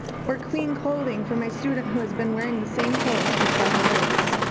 or clean clothing for my student who has been wearing the same clothes for several days?